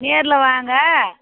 நேரில் வாங்க